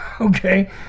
okay